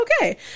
okay